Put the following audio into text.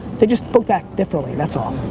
they just both act differently, that's all.